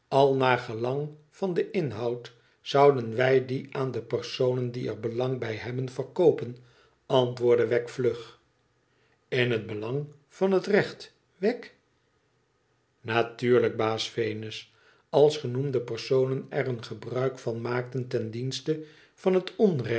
al naar gelang van den inhoud zouden wij die aan de personen die er belang bij hebben verkoopen antwoordde wegg vlug in het belang van het recht wegg natuurlijk baas venus als genoemde personen er een gebruik van maakten ten dienste van het onrecht